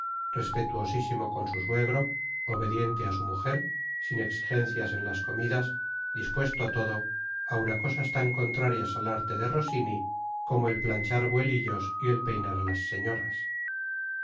respetuosísimo con su suegro obediente a su mujer sin exigencias en las comidas dispuesto a todo aun a cosas tan contrarias al arte de rosini como el planchar vuelillos y el peinar a las señoras